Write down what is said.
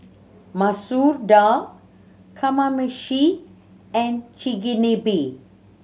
Masoor Dal Kamameshi and Chigenabe